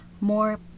more